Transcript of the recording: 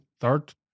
third